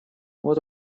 вот